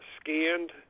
scanned